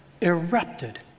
erupted